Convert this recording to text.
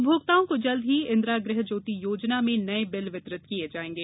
उपभोक्ताओं को जल्द ही इंदिरा गृह ज्योति योजना में नए बिल वितरित किए जाएंगे